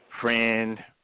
friend